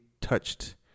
touched